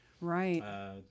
Right